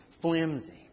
flimsy